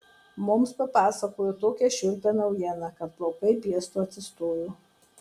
mums papasakojo tokią šiurpią naujieną kad plaukai piestu atsistojo